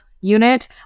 unit